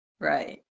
Right